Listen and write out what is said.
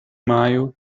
maio